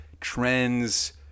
trends